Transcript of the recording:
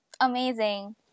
amazing